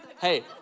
Hey